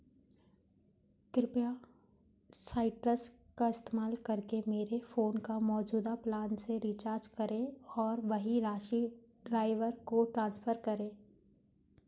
कृपया साइट्रस का इस्तेमाल करके मेरे फ़ोन का मौजूदा प्लान से रिचार्ज करें और वही राशि ड्राइवर को ट्रांसफर करें